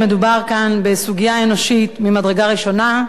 אין ספק שמדובר כאן בסוגיה אנושית ממדרגה ראשונה,